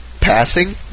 passing